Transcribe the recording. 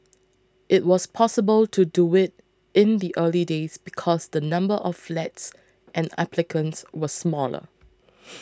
it was possible to do it in the early days because the number of flats and applicants were smaller